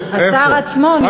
השר עצמו נמצא פה.